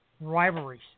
rivalries